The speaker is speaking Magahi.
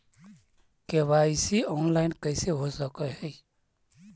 के.वाई.सी ऑनलाइन कैसे हो सक है?